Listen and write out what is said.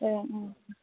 ए